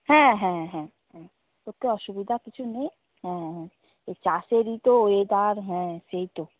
হ্যাঁ হ্যাঁ হ্যাঁ হ্যাঁ ওতে অসুবিধা কিছু নেই হ্যাঁ হ্যাঁ এই চাষেরই তো এ তার হ্যাঁ সেই তো